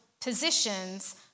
positions